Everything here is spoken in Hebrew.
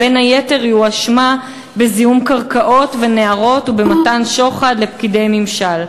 בין היתר היא הואשמה בזיהום קרקעות ונהרות ובמתן שוחד לפקידי ממשל.